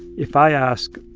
if i ask,